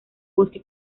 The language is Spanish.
bosque